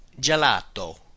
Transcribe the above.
gelato